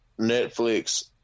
Netflix